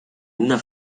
una